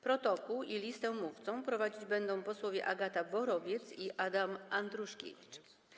Protokół i listę mówców prowadzić będą posłowie Agata Borowiec i Adam Andruszkiewicz.